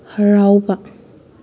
ꯍꯔꯥꯎꯕ